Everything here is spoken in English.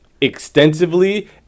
extensively